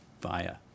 via